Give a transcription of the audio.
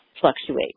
fluctuate